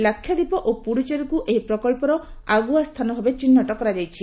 ଲାକ୍ଷାଦ୍ୱୀପ ଓ ପୁଡୁଚେରୀକୁ ଏହି ପ୍ରକଳ୍ପର ଆଗୁଆ ସ୍ଥାନଭାବେ ଚିହ୍ନଟ କରାଯାଇଛି